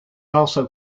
also